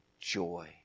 joy